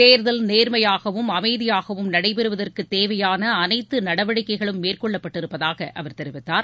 தேர்தல் நேர்மையாகவும் அமைதியாகவும் நடைபெறுவதற்கு தேவையான அனைத்து நடவடிக்கைகளும் மேற்கொள்ளப்பட்டிருப்பதாக அவர் தெரிவித்தார்